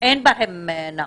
אין בהם נעול.